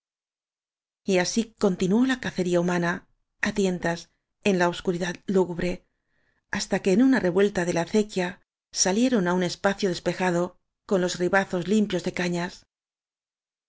así continuó la cacería humana á tientas n la obscuridad lúgubre hasta que en una re vuelta de la acequia salieron á un espacio des pejado con los ribazos limpios de cañas